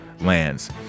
lands